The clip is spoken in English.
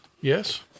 Yes